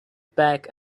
back